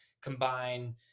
combine